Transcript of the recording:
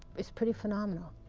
it's pretty phenomenal.